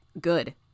Good